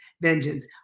vengeance